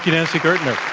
you know gertner.